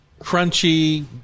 crunchy